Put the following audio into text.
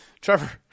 Trevor